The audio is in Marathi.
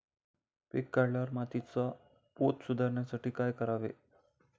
पीक काढल्यावर मातीचा पोत सुधारण्यासाठी काय करावे?